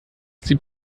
sie